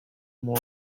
more